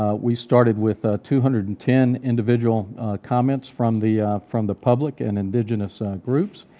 ah we started with a two hundred and ten individual comments from the from the public, and indigenous groups,